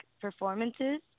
performances